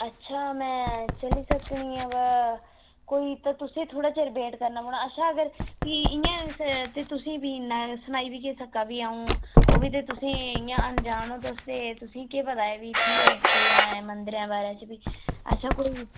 अच्छा मैं चली सकनी आं बा कोई तुसें थोह्ड़ा चिर वेट करना पौना अच्छा अगर फ्ही इ'यां ते तुसें फ्ही में सनाई बी केह् सकां बी आ'ऊं ओह् बी ते तुसें इ'या अनजान ओ तुस ते तुसेंगी केह् पता ऐ इत्थें दे रस्ते जां मंदरें दे बारे च फ्ही